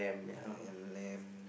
uh lamb